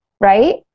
Right